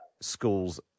schools